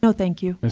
so thank you. and